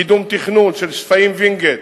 קידום תכנון של שפיים וינגייט,